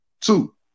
Two